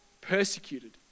persecuted